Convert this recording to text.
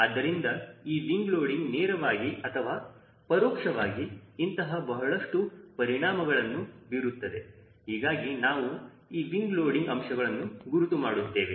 ಆದ್ದರಿಂದ ಈ wing loading ನೇರವಾಗಿ ಅಥವಾ ಪರೋಕ್ಷವಾಗಿ ಇಂತಹ ಬಹಳಷ್ಟು ಪರಿಣಾಮಗಳನ್ನು ಬೀರುತ್ತದೆ ಹೀಗಾಗಿ ನಾವು ಈ ವಿಂಗ್ ಲೋಡಿಂಗ್ ಅಂಶವನ್ನು ಗುರುತು ಮಾಡುತ್ತೇವೆ